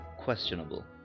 questionable